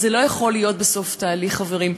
זה לא יכול להיות בסוף תהליך, חברים.